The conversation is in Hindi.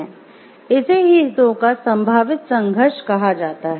इसे ही हितों का संभावित संघर्ष कहा जाता है